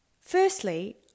Firstly